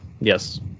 Yes